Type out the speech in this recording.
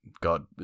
God